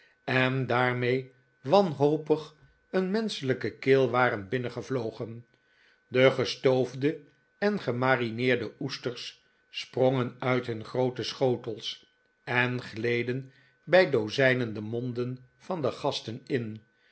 en daarmee wanhopig een menschelijke keel waren binnengevlogen de gestoofde en gemarineerde oesters sprongen uit hun groote schotels en gleden bij dozijnen de monden van de gasten in